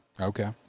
Okay